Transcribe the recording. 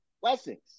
Blessings